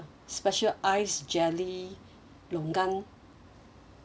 special ice jelly longan